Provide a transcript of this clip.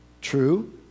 true